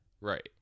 Right